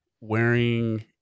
wearing